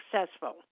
successful